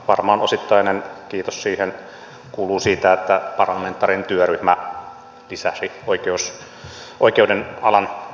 varmaan osittainen kiitos siitä kuuluu sille että parlamentaarinen työryhmä lisäsi oikeuden alan rahoitusta